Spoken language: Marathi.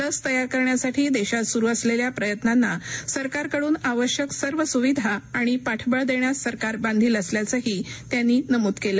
लस तयार करण्यासाठी देशात सुरू असलेल्या प्रयत्नांना सरकारकडून आवश्यक सर्व सुविधा आणि पाठबळ देण्यास सरकार बांधील असल्याचंही त्यांनी नमूद केलं